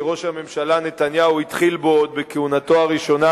שראש הממשלה נתניהו התחיל בו עוד בכהונתו הראשונה,